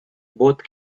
both